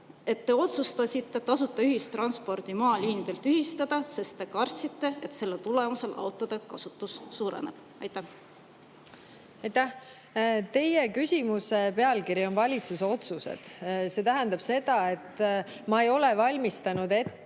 te otsustasite tasuta ühistranspordi maaliinidel tühistada, sest te kartsite, et selle tulemusel autode kasutus suureneb? Aitäh! Teie küsimuse pealkiri on "Valitsuse otsused". See tähendab seda, et ma ei ole valmistanud ette